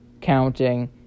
counting